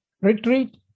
Retreat